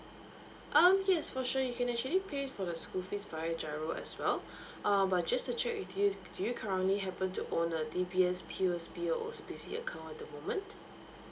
um yes for sure you can actually pay for the school fees via giro as well uh but just to check with you do you currently happen to own a D_B_S P_O_S_B or O_C_B_C account at the moment